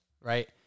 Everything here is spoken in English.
right